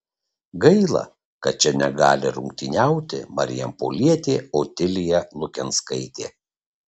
gaila kad čia negali rungtyniauti marijampolietė otilija lukenskaitė